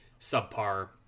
subpar